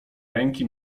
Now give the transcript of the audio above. ręki